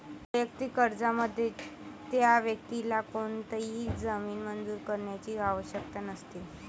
वैयक्तिक कर्जामध्ये, त्या व्यक्तीला कोणताही जामीन मंजूर करण्याची आवश्यकता नसते